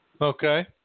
Okay